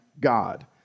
God